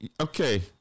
Okay